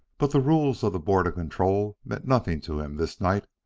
but the rules of the board of control meant nothing to him this night.